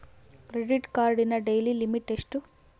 Credit ಕಾರ್ಡಿನ daily limit ಎಷ್ಟು?